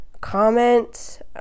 comment